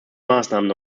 maßnahmen